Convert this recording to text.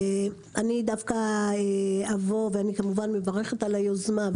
אני כמובן מברכת על היוזמה.